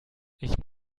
ich